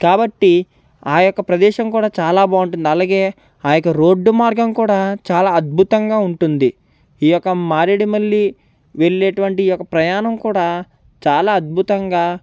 కాబట్టి ఆ యొక్క ప్రదేశం కూడా చాలా బాగుంటుంది అలాగే ఆ యొక్క రోడ్డు మార్గం కూడా చాలా అద్భుతంగా ఉంటుంది ఈ యొక్క మారెడుమల్లి వెల్లేటువంటి ఈ యొక్క ప్రయాణం కూడా చాలా అద్భుతంగా